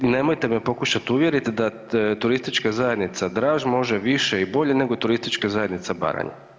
Nemojte me pokušati uvjeriti da turistička zajednica Draž može više i bolje nego turistička zajednica Baranja.